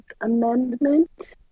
Amendment